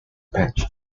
pension